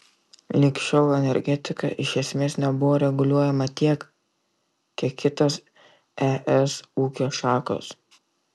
lig šiol energetika iš esmės nebuvo reguliuojama tiek kiek kitos es ūkio šakos